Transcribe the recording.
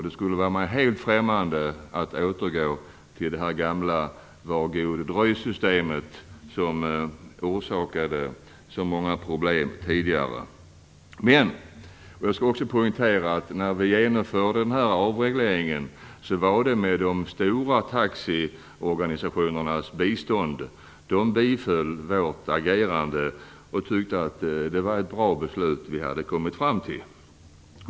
Det är mig helt främmande att återgå till det gamla var-god-dröj-systemet som orsakade så många problem. Låt mig också poängtera att när vi genomförde den här avregleringen var det med de stora taxiorganisationernas bistånd. De understödde vårt agerande och tyckte att det var ett bra beslut vi hade kommit fram till.